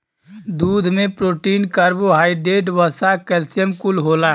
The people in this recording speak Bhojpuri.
दूध में प्रोटीन, कर्बोहाइड्रेट, वसा, कैल्सियम कुल होला